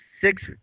six